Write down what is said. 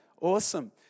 Awesome